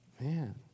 man